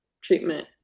treatment